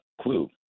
clue